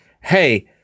hey